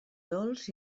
dolç